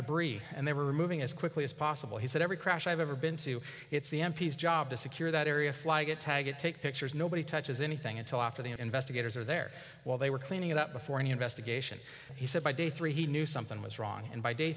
debris and they were moving as quickly as possible he said every crash i've ever been to it's the m p s job to secure that area flag a tag and take pictures nobody touches anything until after the investigators are there while they were cleaning it up before any investigation he said by day three he knew something was wrong and by day